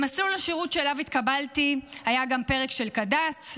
במסלול השירות שאליו התקבלתי היה גם פרק של קד"צ,